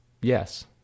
Yes